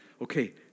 Okay